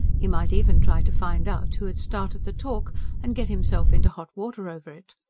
he might even try to find out who had started the talk and get himself into hot water over it.